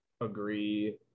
agree